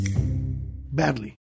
Badly